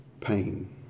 pain